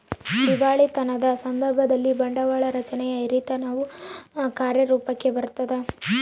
ದಿವಾಳಿತನದ ಸಂದರ್ಭದಲ್ಲಿ, ಬಂಡವಾಳ ರಚನೆಯ ಹಿರಿತನವು ಕಾರ್ಯರೂಪುಕ್ಕ ಬರತದ